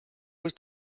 was